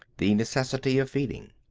the necessity of feeding.